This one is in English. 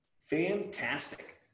Fantastic